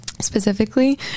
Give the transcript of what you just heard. specifically